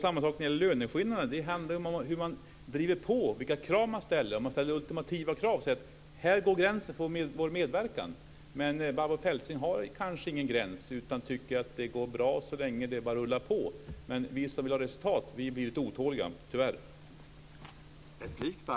Samma sak gäller löneskillnaden. Det handlar om hur man driver på och vilka krav man ställer. Man ska ställa ultimativa krav och säga: Här går gränsen för vår medverkan! Men Barbro Feltzing kanske inte har någon gräns, utan tycker att det går bra så länge det bara rullar på. Vi som vill ha resultat blir tyvärr lite otåliga.